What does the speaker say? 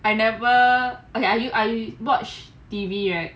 I never okay I watch T_V right